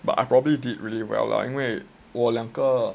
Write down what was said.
but I probably did really well lah 因为我两个